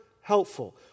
helpful